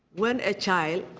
when a child